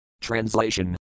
Translation